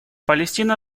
палестина